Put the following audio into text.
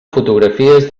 fotografies